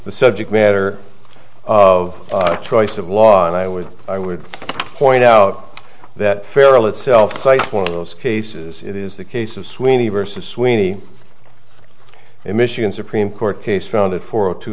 the subject matter of choice of law and i would i would point out that farrel itself one of those cases it is the case of sweeney versus sweeney in michigan supreme court case found it four